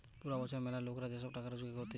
পুরা বছর ম্যালা লোকরা যে সব টাকা রোজগার করতিছে